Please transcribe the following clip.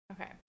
okay